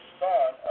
son